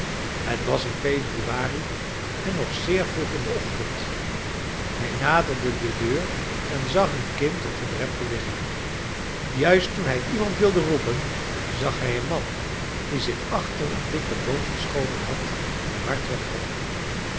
het was in februari en nog zeer vroeg in den ochtend hij naderde de deur en zag een kind op den drempel liggen juist toen hij iemand wilde roepen zag hij een man die zich achter een dikken boom verscholen had hard wegloopen